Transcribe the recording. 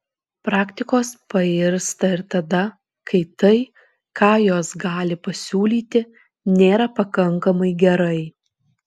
praktikos pairsta ir tada kai tai ką jos gali pasiūlyti nėra pakankamai gerai